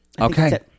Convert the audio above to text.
Okay